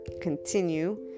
continue